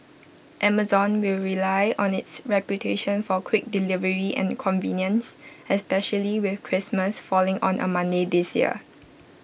Amazon will rely on its reputation for quick delivery and convenience especially with Christmas falling on A Monday this year